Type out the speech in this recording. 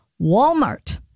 Walmart